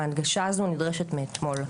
ההנגשה הזו נדרשת מאתמול.